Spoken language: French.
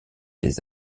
des